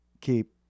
keep